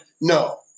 No